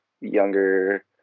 younger